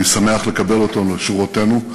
אני שמח לקבל אותו לשורותינו,